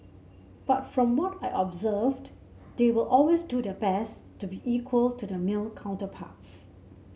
but from what I observed they will always do their best to be equal to their male counterparts